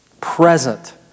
Present